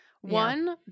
one